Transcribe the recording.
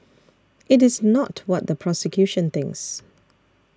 it is not what the prosecution thinks